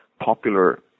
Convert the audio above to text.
popular